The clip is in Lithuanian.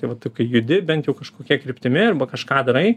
tai vat o kai judi bent jau kažkokia kryptimi arba kažką darai